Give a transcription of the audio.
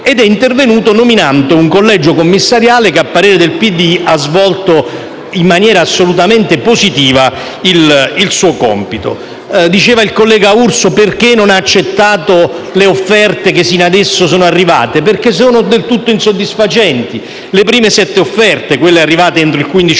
È intervenuto nominando un collegio commissariale che, a parere del PD, ha svolto in maniera assolutamente positiva il suo compito. Il collega Urso si chiedeva perché non ha accettato le offerte che fino a ora sono arrivate: perché sono del tutto insoddisfacenti. Le prime sette offerte, quelle pervenute entro il 15 ottobre